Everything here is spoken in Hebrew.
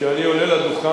אדוני השר, זה אפשרי.